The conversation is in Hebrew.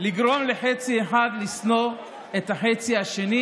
לגרום לחצי אחד לשנוא את החצי השני